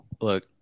Look